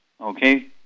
okay